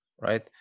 right